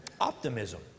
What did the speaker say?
optimism